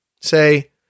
Say